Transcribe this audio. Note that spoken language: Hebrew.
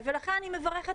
לכן אני מברכת